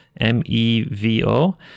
M-E-V-O